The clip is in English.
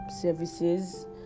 services